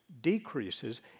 decreases